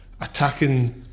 attacking